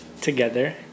together